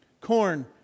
Corn